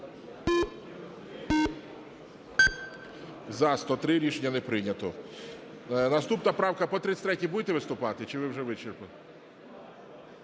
За-103 Рішення не прийнято. Наступна правка, по 33-й будете виступати чи ви вже вичерпали?